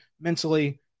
mentally